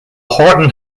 horton